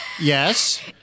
Yes